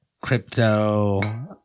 crypto